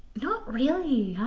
not really,